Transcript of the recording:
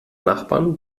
nachbarn